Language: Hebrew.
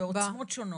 בעוצמות שונות.